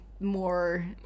more